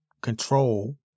control